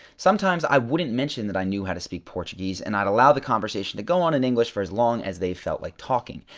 sometimes i wouldn't mention that i knew how to speak portuguese and i would allow the conversation to go on in english for as long as they felt like talking.